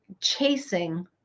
chasing